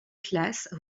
classe